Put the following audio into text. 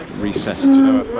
recessed